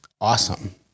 awesome